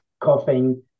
coughing